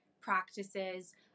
practices